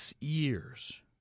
years